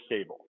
stable